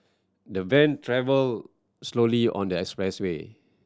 the van travelled slowly on the expressway